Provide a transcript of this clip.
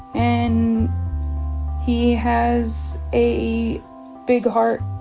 and he has a big heart.